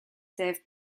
served